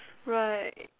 right